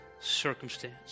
circumstance